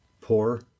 poor